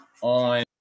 on